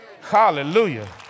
Hallelujah